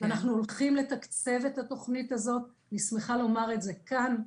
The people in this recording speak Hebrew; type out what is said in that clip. אנחנו הולכים לתקצב את התוכנית הזאת ואני שמחה לומר את זה כאן,